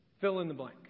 fill-in-the-blank